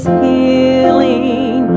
healing